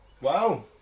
Wow